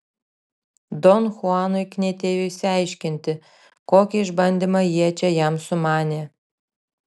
don chuanui knietėjo išsiaiškinti kokį išbandymą jie čia jam sumanė